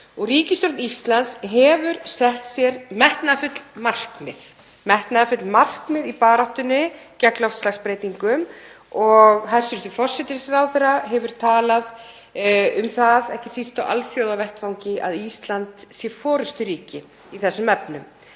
Ríkisstjórn Íslands hefur sett sér metnaðarfull markmið í baráttunni gegn loftslagsbreytingum og hæstv. forsætisráðherra hefur talað um það, ekki síst á alþjóðavettvangi, að Ísland sé forysturíki í þessum efnum.